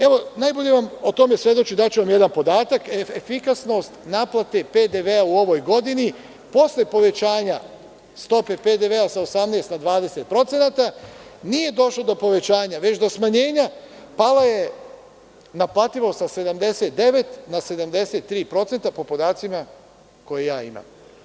Evo, najbolje vam o tome svedoči, daću vam jedan podatak – efikasnost naplate PDV-a u ovoj godini posle povećanja stope PDV-a sa 18% na 20%, nije došlo do povećanja, već do smanjenja, pala je naplativost sa 79% na 73%, po podacima koje ja imam.